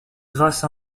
grâce